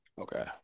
Okay